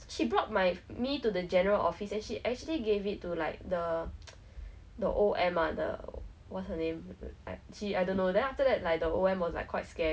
the what is it called microscope ya then like we look it then we were like checking cells ah then I thought it was really very cool lah so